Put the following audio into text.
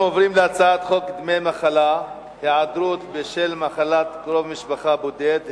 אנחנו עוברים להצעת חוק דמי מחלה (היעדרות בשל מחלת קרוב משפחה בודד),